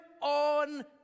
on